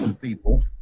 people